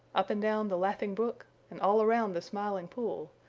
up and down the laughing brook and all around the smiling pool,